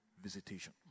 visitation